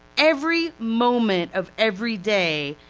every moment of every day,